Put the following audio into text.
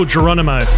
Geronimo